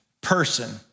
person